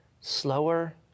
slower